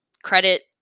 credit